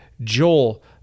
Joel